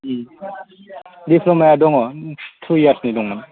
diploma दङ two years नि दंमोन